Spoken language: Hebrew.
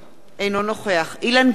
אינו נוכח אילן גילאון,